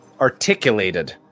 Articulated